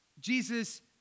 Jesus